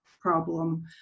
problem